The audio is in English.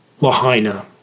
Lahaina